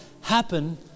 happen